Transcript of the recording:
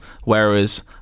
whereas